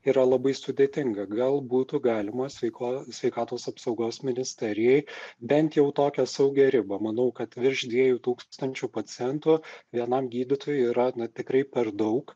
yra labai sudėtinga gal būtų galima sveiko sveikatos apsaugos ministerijoj bent jau tokią saugią ribą manau kad virš dviejų tūkstančių pacientų vienam gydytojui yra na tikrai per daug